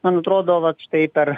man atrodo vat štai per